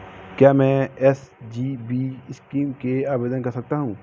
क्या मैं SGB scheme के लिए आवेदन कर सकता हूँ?